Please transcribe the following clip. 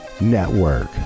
network